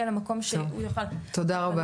למקום שהוא יוכל --- טוב תודה רבה.